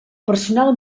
personal